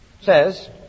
says